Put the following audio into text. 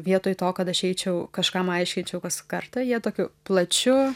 vietoj to kad aš eičiau kažkam aiškinčiau kas kartą jie tokiu plačiu